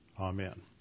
Amen